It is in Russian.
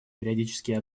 периодический